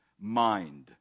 mind